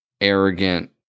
arrogant